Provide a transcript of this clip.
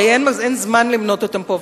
הרי אין זמן למנות אותם פה,